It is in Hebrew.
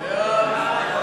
נתקבלה.